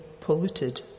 polluted